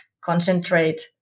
concentrate